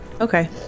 Okay